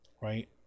right